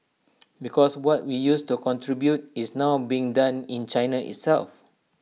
because what we used to contribute is now being done in China itself